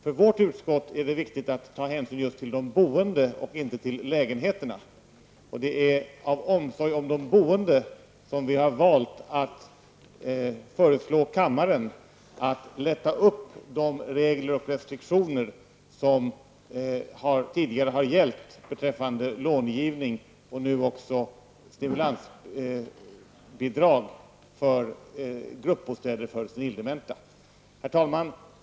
För vårt utskott är det viktigt att ta hänsyn till just de boende och inte till lägenheterna. Det är av omsorg om de boende som vi har valt att föreslå kammaren att lätta på de regler och restriktioner som tidigare har gällt beträffande långivning och nu också stimulansbidrag för gruppbostäder för senildementa. Herr talman!